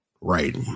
right